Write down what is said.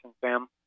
Sam